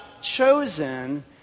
chosen